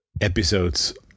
episodes